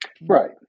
right